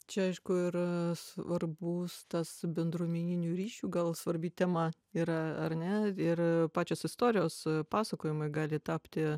čia aišku ir svarbus tas bendruomeninių ryšių gal svarbi tema yra ar ne ir pačios istorijos pasakojimai gali tapti